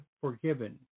Forgiven